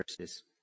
verses